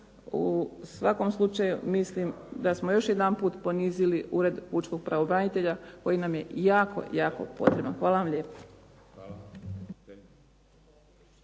U svakom slučaju mislim da smo još jedanput ponizili ured pučkog pravobranitelja koji nam je jako, jako potreban. Hvala vam lijepo.